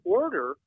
order